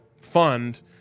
fund